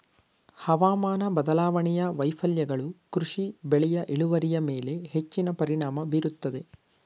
ಹವಾಮಾನ ಬದಲಾವಣೆಯ ವೈಫಲ್ಯಗಳು ಕೃಷಿ ಬೆಳೆಯ ಇಳುವರಿಯ ಮೇಲೆ ಹೆಚ್ಚಿನ ಪರಿಣಾಮ ಬೀರುತ್ತದೆ